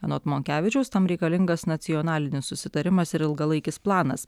anot monkevičiaus tam reikalingas nacionalinis susitarimas ir ilgalaikis planas